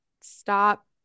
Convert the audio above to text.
stop